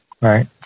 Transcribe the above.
right